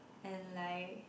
and like